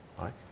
right